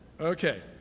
Okay